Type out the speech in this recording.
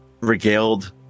regaled